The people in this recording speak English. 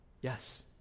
Yes